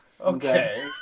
Okay